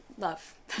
love